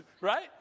Right